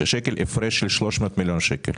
הפרש של 300 מיליון שקל.